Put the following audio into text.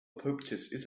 apoptosis